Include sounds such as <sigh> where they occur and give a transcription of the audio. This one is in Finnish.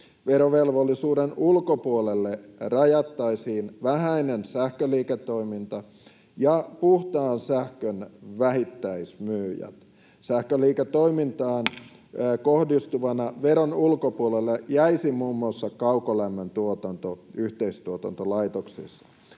Verovelvollisuuden ulkopuolelle rajattaisiin vähäinen sähköliiketoiminta ja puhtaan sähkön vähittäismyyjät. Sähköliiketoimintaan <noise> kohdistuvana veron ulkopuolelle jäisi muun muassa kaukolämmön tuotanto yhteistuotantolaitoksissa.